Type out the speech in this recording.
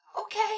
okay